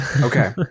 Okay